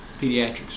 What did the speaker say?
Pediatrics